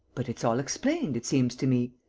but it's all explained, it seems to me.